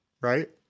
Right